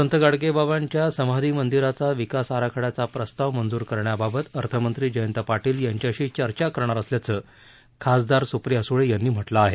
संत गाडगेबाबांच्या समाधी मंदिराचा विकास आराखड्याचा प्रस्ताव मंजूर करण्याबाबत अर्थमंत्री जयंत पाटील यांच्याशी चर्चा करणार असल्याचं खासदार सुप्रिया सुळे यांनी म्हटलं आहे